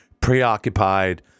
preoccupied